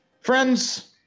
Friends